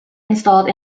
installed